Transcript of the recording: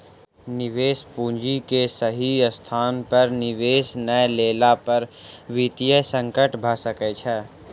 निवेश पूंजी के सही स्थान पर निवेश नै केला पर वित्तीय संकट भ सकै छै